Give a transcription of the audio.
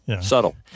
Subtle